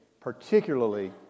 particularly